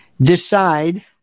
decide